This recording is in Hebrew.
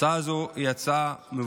הצעה זאת היא הצעה מבורכת.